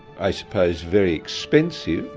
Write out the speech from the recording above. i suppose, very expensive,